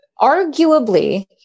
arguably